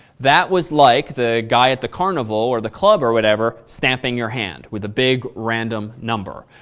that was like the guy at the carnival or the club or whatever, stamping your hand with a big random number.